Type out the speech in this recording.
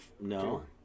no